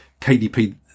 KDP